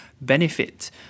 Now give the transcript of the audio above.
benefit